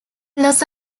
los